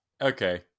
okay